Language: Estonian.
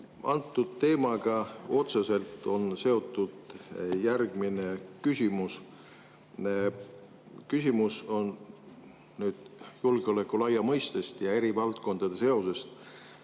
Antud teemaga on otseselt seotud ka järgmine küsimus. Küsimus on julgeoleku laiast mõistest ja eri valdkondade seosest.